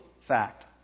fact